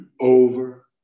over